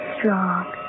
strong